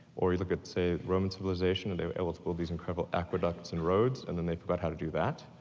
or you look at, say, roman civilization, they were able to build these incredible aqueducts and roads and then they forgot how to do that.